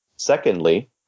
Secondly